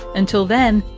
until then,